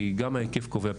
כי גם ההיקף קובע פתרונות.